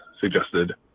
suggested